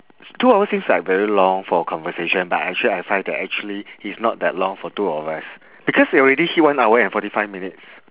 two hours seems like very long for a conversation but actually I find that actually it's not that long for two of us because already hit one hour and forty five minutes